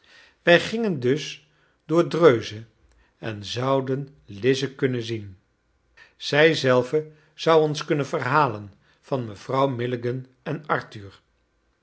wij gingen dus door dreuze en zouden lize kunnen zien zij zelve zou ons kunnen verhalen van mevrouw milligan en arthur